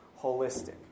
holistic